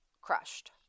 crushed